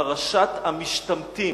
פרשת המשתמטים,